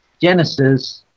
Genesis